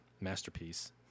masterpiece